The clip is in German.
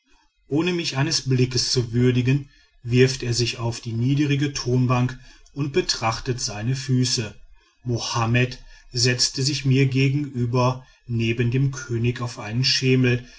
ohne mich eines blickes zu würdigen wirft er sich auf die niedrige thronbank und betrachtet seine füße mohammed setzte sich mir gegenüber neben den könig auf einen schemel